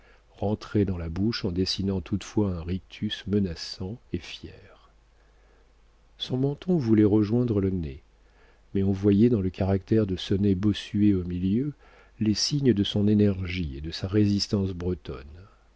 rentraient dans la bouche en dessinant toutefois un rictus menaçant et fier son menton voulait rejoindre le nez mais on voyait dans le caractère de ce nez bossué au milieu les signes de son énergie et de sa résistance bretonne